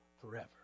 forever